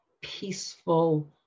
peaceful